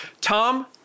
Tom